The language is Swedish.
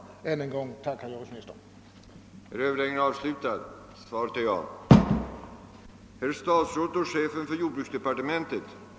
Jag ber att ännu en gång få tacka jordbruksministern för svaret.